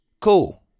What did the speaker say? Cool